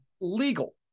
legal